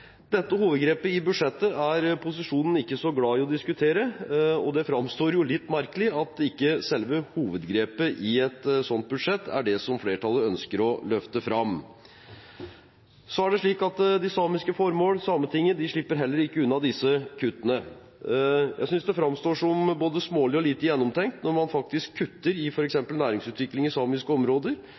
Dette hovedgrepet i budsjettet er posisjonen ikke så glad i å diskutere, og det framstår litt merkelig at ikke selve hovedgrepet i et sånt budsjett er det som flertallet ønsker å løfte fram. De samiske formål og Sametinget slipper heller ikke unna disse kuttene. Jeg synes det framstår som både smålig og lite gjennomtenkt når man kutter i f.eks. næringsutvikling i samiske områder,